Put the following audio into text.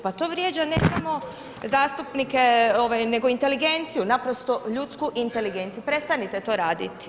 Pa to vrijeđa ne samo zastupnike, ovaj nego inteligenciju, naprosto ljudsku inteligenciju, prestanite to raditi.